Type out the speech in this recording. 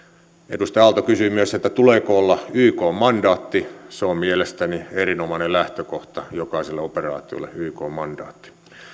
edustaja aalto kysyi myös tuleeko olla ykn mandaatti se on mielestäni erinomainen lähtökohta jokaiselle operaatiolle ykn mandaatti